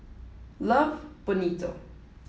love Bonito